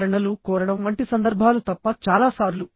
వివరణలు కోరడం వంటి సందర్భాలు తప్ప చాలా సార్లు